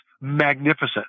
magnificent